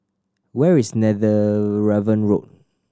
where is Netheravon Road